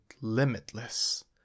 limitless